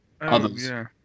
others